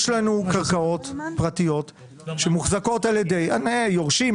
יש לנו קרקעות פרטיות שמוחזקות על ידי יורשים,